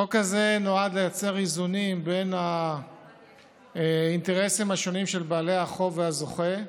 החוק הזה נועד לייצר איזונים בין האינטרסים השונים של בעלי החוב והזוכה,